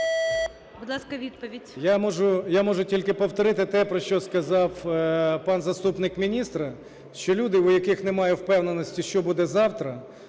я можу тільки повторити те, про що сказав пан заступник міністра, що люди, у яких немає впевненості, що буде завтра: